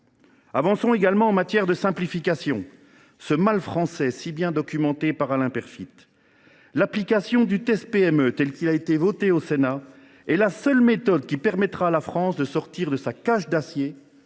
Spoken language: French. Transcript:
Avançons également en matière de simplification, ce « mal français » si bien documenté par Alain Peyrefitte. L’application du « test PME », tel qu’il a été voté au Sénat, est la seule méthode qui permettra à la France de sortir de sa cage d’acier,